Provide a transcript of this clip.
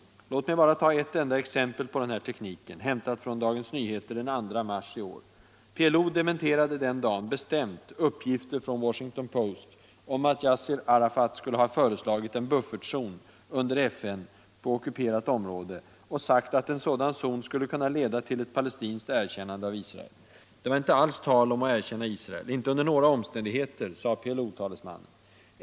Låt mig bara ta ett enda exempel på den här tekniken, hämtat från Dagens Nyheter den 2 mars i år. PLO dementerade den dagen bestämt uppgifter från Washington Post om att Yassir Arafat skulle ha föreslagit en buffertzon under FN på ockuperat område, och sagt att en sådan zon skulle kunna leda till ett palestinskt erkännande av Israel. Det var inte alls tal om att erkänna Israel, inte under några omständigheter, sade PLO-talesmannen.